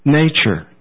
nature